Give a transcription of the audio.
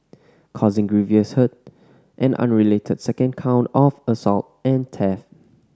causing grievous hurt an unrelated second count of assault and theft